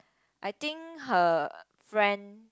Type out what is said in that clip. I think her friend